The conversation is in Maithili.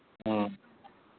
हँ